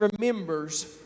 remembers